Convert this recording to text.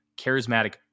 charismatic